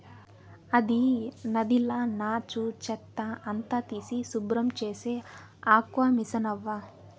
అది నదిల నాచు, చెత్త అంతా తీసి శుభ్రం చేసే ఆక్వామిసనవ్వా